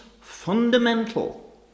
fundamental